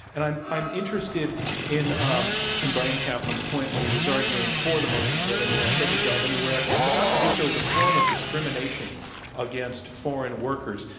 and i'm i'm interested in um and bryan caplan's point when he was arguing for the motion to let anyone take a job anywhere, that not to do so is a form of discrimination against foreign workers.